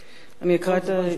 אני אתן לך כמה זמן שתרצי.